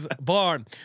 Barn